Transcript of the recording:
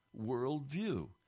worldview